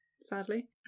sadly